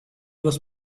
was